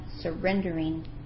surrendering